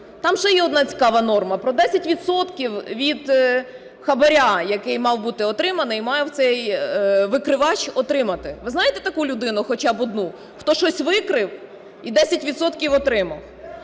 Там ще є одна цікава норма про 10 відсотків від хабара, який мав бути отриманий, мав цей викривач отримати. Ви знаєте таку людину хоча б одну, хто щось викрив і 10